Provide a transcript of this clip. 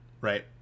right